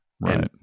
right